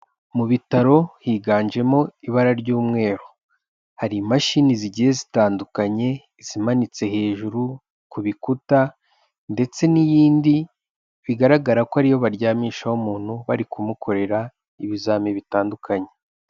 Mu bitaro higanjemo ibara ry'umweru hari imashini zigiye zitandukanye izimanitse hejuru ku bikuta ndetse n'iyindi bigaragara ko ariyo baryamishaho umuntu bari kumukorera ibizamini bitandukanye.